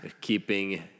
keeping